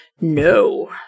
No